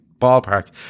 ballpark